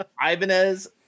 Ibanez